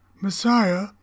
Messiah